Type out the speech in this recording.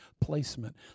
placement